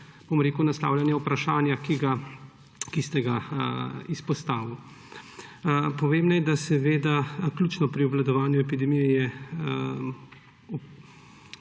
naslavljanja vprašanja, ki ste ga izpostavili. Povem naj, da je ključno pri obvladovanju epidemije